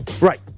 Right